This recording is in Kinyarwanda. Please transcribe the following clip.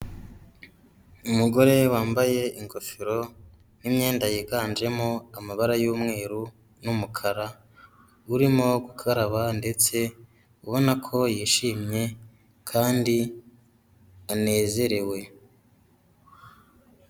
Umugore wambaye ingofero n'imyenda yiganjemo amabara y'umweru n'umukara, urimo gukaraba ndetse ubona ko yishimye kandi anezerewe.